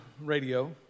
radio